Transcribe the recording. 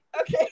Okay